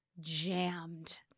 jammed